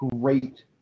Great